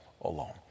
alone